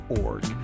org